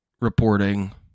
reporting